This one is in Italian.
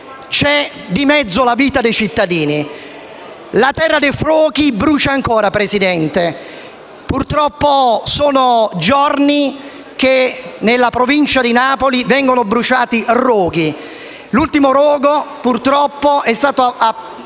c'è di mezzo la vita dei cittadini. La terra dei fuochi brucia ancora; purtroppo sono giorni che nella Provincia di Napoli vengono bruciati roghi. L'ultimo, purtroppo, è stato accesso